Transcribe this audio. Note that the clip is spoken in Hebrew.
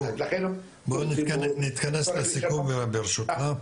בוא נתכנס לסיכום ברשותך.